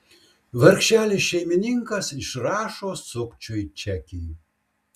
vargšelis šeimininkas išrašo sukčiui čekį